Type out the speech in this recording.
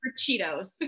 Cheetos